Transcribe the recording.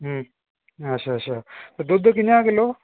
अच्छा अच्छा ते दुद्ध कि'यां किलो